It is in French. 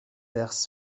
perses